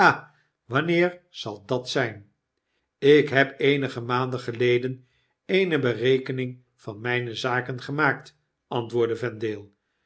wanneer zal dat zyn ik heb eenige maanden geleden eene berekening van mpe zaken gemaakt antwoordde